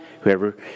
whoever